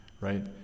right